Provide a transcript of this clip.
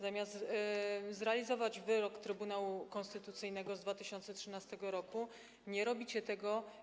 Zamiast zrealizować wyrok Trybunału Konstytucyjnego z 2013 r., nie robicie tego.